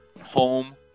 home